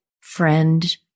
friend